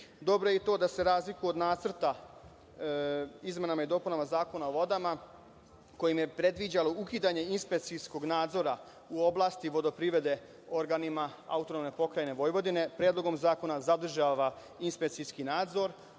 Dobro je i to da se razlikuje od Nacrta izmena i dopuna Zakona o vodama, kojim se predviđalo ukidanje inspekcijskog nadzora u oblasti vodoprivrede organima AP Vojvodine, Predlogom zakona zadržava inspekcijski nadzor,